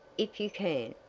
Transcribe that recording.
if you can,